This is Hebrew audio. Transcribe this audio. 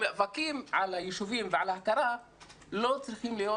המאבקים על היישובים ועל ההכרה לא צריכים להיות,